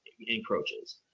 encroaches